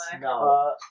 No